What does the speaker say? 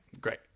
Great